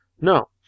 No